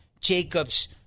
Jacob's